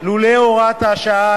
לולא הוראת השעה,